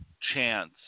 chance